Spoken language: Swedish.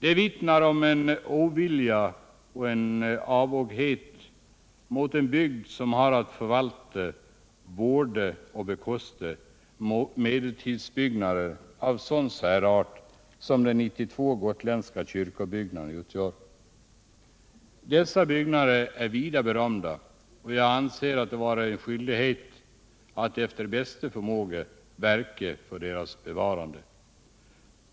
Det vittnar om en ovilja och avoghet mot en bygd som har att förvalta, vårda och bekosta medeltidsbyggnader av sådan särart som de 92 gotländska kyrkobyggnaderna utgör. Dessa byggnader är vida berömda, och jag anser det vara en skyldighet att efter bästa förmåga verka för deras bevarande.